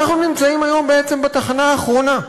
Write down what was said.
היום אנחנו נמצאים בעצם בתחנה האחרונה,